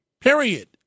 Period